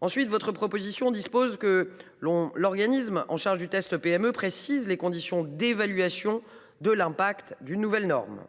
conseil. Votre proposition de loi prévoit que l’organisme chargé des tests PME précise les conditions d’évaluation de l’impact d’une nouvelle norme.